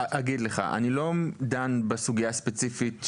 אני לא דן בסוגיה הספציפית --- לא,